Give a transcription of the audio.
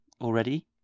already